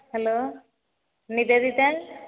hello Nivedita